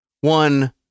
one